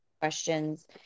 questions